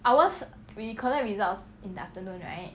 ours we collect results in the afternoon right